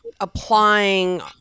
applying